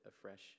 afresh